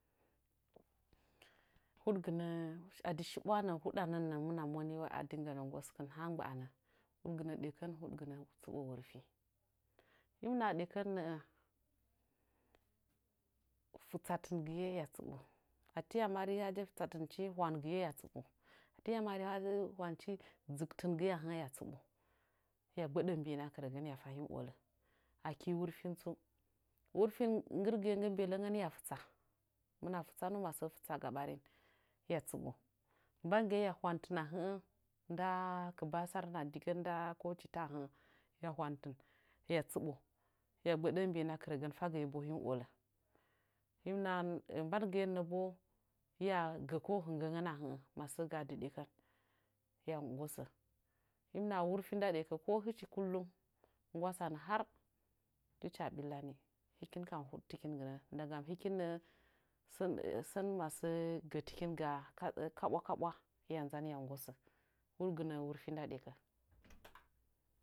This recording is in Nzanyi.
Huɗgɨnəə, a dɨ shiɓwaa nəə huɗanə, huɗgɨnə ɗekən, huɗgɨnə tsibo wurfi. Hii mɨ naha ɗekən nə'ə, fɨtsatɨn gɨye hiya tsɨɓo. A tiya mari haje fɨtsatɨnkɨn, hwantɨn gɨye hiya tsibo. A tiya mari haje hwanchi, dzɨktingɨye hiya tsiɓo. Hiya gbəɗə mbiin a kɨrəgən hiya fa hii mɨ olə. Akii wurfin tsu. wurfin nggɨrgɨye nggɨ mbelən hiya fɨtsa, hɨmɨna fɨtsannu masə fɨtsa ɓarin, hiya tsiɓo. Mbangɨye hiya hwantin ahə'ə, nda kɨbasarən a digən nda chita ahə'ə. Hiya hwantɨn hiya tsiɓo. Hiya gbəɗəə mbii a kɨrəgən, fagɨye hii mɨ olə. Mbangɨye nə bo hiya gə hɨnggən dɨn a hə'ə masəə gaa dɨ ɗekən hiyan na gosə. Hii mi naha wurfi nda ɗekə, ko hɨchi kulmu nggwasanə har tɨchi waa ɓillani. Hɨkin kam huɗtɨkin gɨnə ndama hɨkin kam sən masəə nəꞌə gədɨkin gaa kaɓwakaɓwa. Hiya nzan hiya nggosə. Huɗgɨnə wurfin nda ɗekən.